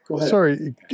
sorry